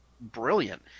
brilliant